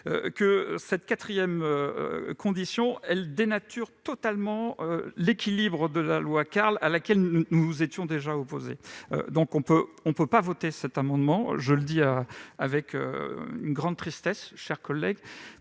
: cette quatrième condition nous semble dénaturer totalement l'équilibre de la loi Carle, à laquelle nous étions déjà opposés. Nous ne pouvons pas voter cet amendement, je le dis avec une grande tristesse, mes chers collègues,